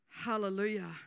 Hallelujah